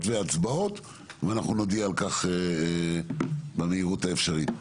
והצבעות ואנחנו נודיע על כך במהירות האפשרית.